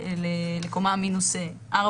לקומה מינוס 4,